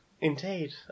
indeed